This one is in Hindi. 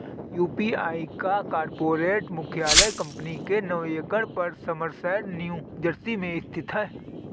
यू.पी.आई का कॉर्पोरेट मुख्यालय कंपनी के नौ एकड़ पर समरसेट न्यू जर्सी में स्थित है